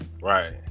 Right